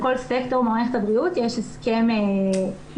לכל סקטור במערכת הבריאות יש הסכם ייעודי.